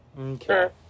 Okay